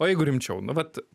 o jeigu rimčiau nu vat